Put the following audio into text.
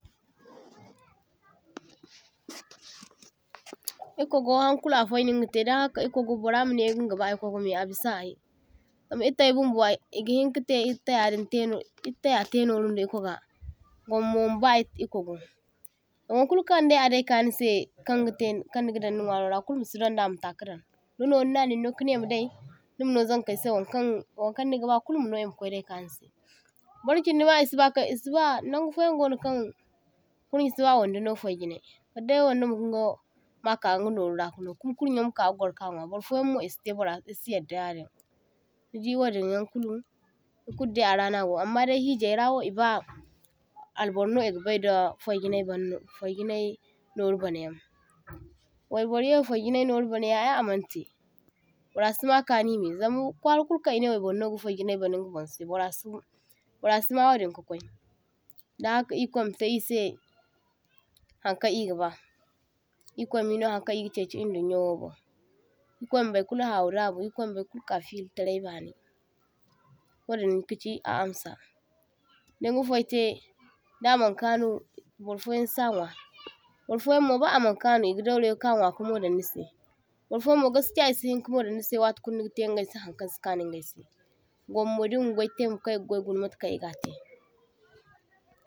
toh-toh E’kowgo haŋkulu a fainingatai daŋhaka e’kowgo burra manai inga gaba e’kowgomai abisa ay, zama e taya bumbo ay e gahinkatai etayadin taino etaya tainorunda e kwaga gumma ma ba e kwago, wankulukaŋ dai adaika kanisai kangatai kaŋnigadan ni nwarora kulu masidunda mata kadaŋ, di noruna ninno kanai madai nimano zaŋkaisai wankan wankaŋ nigaba kulu mano e ma kwai daika nisai. Burchindi nima e sibakai esiba nangufoyan gono kaŋ kuryi siba waŋdano fai’jinai kadday waŋda minga maka inga norora kano kuma kur’yo maka gwarka nwa, burfoyanmo e sitai burra e siyarda yadin nidi wadinyaŋ kulu kuddai arano ago amma hijairawo e’ba alburno e’gabai da fai’jinai barno fai’jinai noru banayaŋ. Waiburmayai fai’jinai noru banayaŋ ay amantai burra simakanimai zama kwara kulu kan enai waiburno fai’jinai bana inga bonsai burrasi burra sima wadin kakwai, daŋhaka ir’kwaimatai e’sai hankaŋ egaba, ir’kwaimino hankaŋ e’ga chaichi e dunyowobon, ir’kwaima baykulu hawu dabu, ir’kwaima burkulu ka fili’tarai bani wadin kachi a amsa. Dinga fai’tai damaŋ kanu burfoyaŋ sa nwa burfoyaŋmo ba a’maŋ kanu e’ga dawraiwa ka nwa ka modaŋ nisai, burfoyanmo gaskiya e’sihinka modaŋ nisai watukulu nigatai e’sai hankaŋ sikanu e’sai gwammamo dinga gwaitai ma kai ka gwaiguna matakaŋ ega tai.